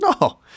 No